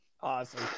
Awesome